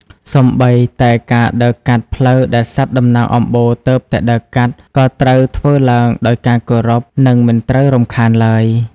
សូម្បីតែការដើរកាត់ផ្លូវដែលសត្វតំណាងអំបូរទើបតែដើរកាត់ ក៏ត្រូវធ្វើឡើងដោយការគោរព និងមិនត្រូវរំខានឡើយ។